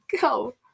go